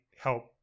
help